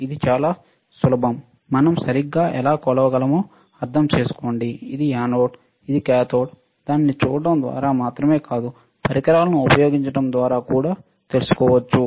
ఇది చాలా సులభం మనం సరిగ్గా ఎలా కొలవగలమో అర్థం చేసుకోండి ఇది యానోడ్ ఇది కాథోడ్ దానిని చూడటం ద్వారా మాత్రమే కాదుపరికరాలను ఉపయోగించడం ద్వారా కూడా తెలుసుకోవచ్చు